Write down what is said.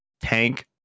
tank